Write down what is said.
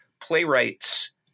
playwright's